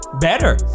better